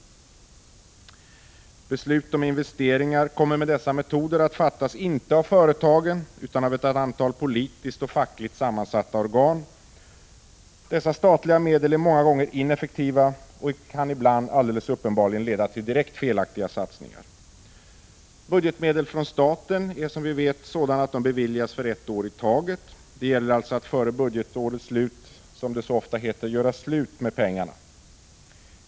Beslut om investeringar kommer med dessa metoder att fattas inte av företagen utan av ett antal politiskt och fackligt sammansatta organ. Dessa statliga medel är många gånger ineffektiva och kan ibland alldeles uppenbarligen leda till direkt felaktiga satsningar. Budgetmedel från staten beviljas som vi vet för ett år i taget. Det gäller alltså att före budgetårets slut, som det så ofta heter, göra av med pengarna.